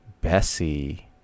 Bessie